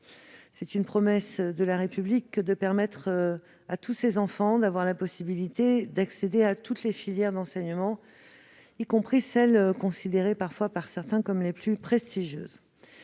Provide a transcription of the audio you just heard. C'est une promesse de la République que d'offrir à tous ses enfants la possibilité d'accéder à toutes les filières d'enseignement, y compris celles qui sont parfois considérées, par certains, comme les plus prestigieuses.